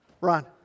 Ron